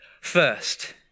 first